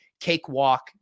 cakewalk